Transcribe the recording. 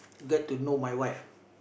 get to know my wife